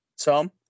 Tom